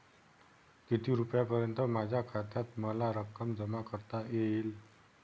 किती रुपयांपर्यंत माझ्या खात्यात मला रक्कम जमा करता येईल?